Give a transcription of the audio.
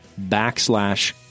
backslash